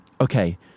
Okay